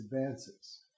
advances